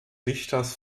richters